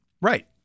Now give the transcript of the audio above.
Right